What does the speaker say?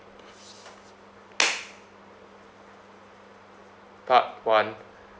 part one